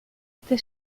este